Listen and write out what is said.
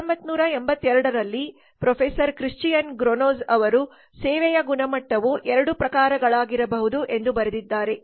1982 ರಲ್ಲಿ professor Christian Gronroos ಅವರು ಸೇವೆಯ ಗುಣಮಟ್ಟವು 2 ಪ್ರಕಾರಗಳಾಗಿರಬಹುದು ಎಂದು ಬರೆದಿದ್ದಾರೆ